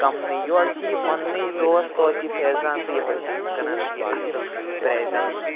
کَمنٕے یورٕ چھِ یہِ پَننُے دوس توتہِ فیضان تہٕ یِہوے چھِ یِم کٕنان بی اَصٕل پرٛیزَن منٛز